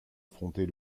affronter